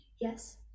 Yes